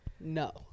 No